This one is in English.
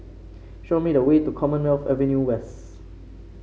show me the way to Commonwealth Avenue West